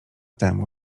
temu